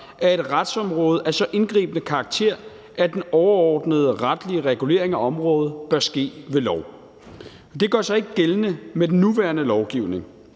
er et retsområde af så indgribende karakter, at den overordnede retlige regulering af området bør ske ved lov. Det gør sig ikke gældende med den nuværende lovgivning.